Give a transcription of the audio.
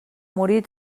morir